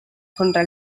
contra